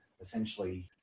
essentially